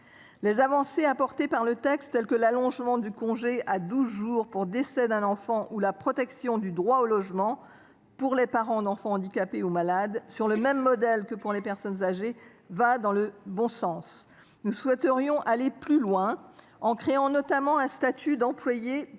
des familles confrontées à ces situations. L’allongement du congé à douze jours pour décès d’un enfant et la protection du droit au logement pour les parents d’enfants handicapés ou malades, sur le même modèle que pour les personnes âgées, vont eux aussi dans le bon sens. Nous souhaiterions aller plus loin, en créant notamment un statut d’employé plus